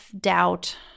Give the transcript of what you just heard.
doubt